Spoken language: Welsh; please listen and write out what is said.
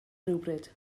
rhywbryd